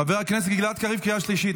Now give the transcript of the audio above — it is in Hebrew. חבר הכנסת גלעד קריב, קריאה שלישית.